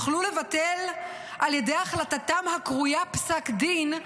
יוכלו לבטל על ידי החלטתם הקרויה 'פסק דין'